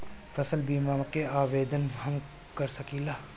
फसल बीमा के आवेदन हम कर सकिला?